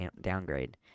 downgrade